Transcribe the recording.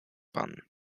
pan